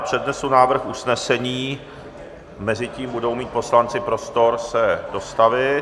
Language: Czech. Přednesu návrh usnesení, mezitím budou mít poslanci prostor se dostavit.